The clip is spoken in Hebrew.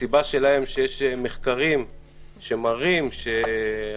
הסיבה שלהם היא שיש מחקרים שמראים שהחמרת